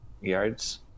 yards